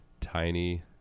tiny